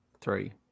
three